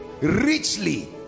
richly